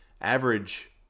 average